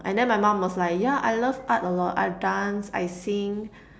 and then my mum was like yeah I love art a lot I dance I sing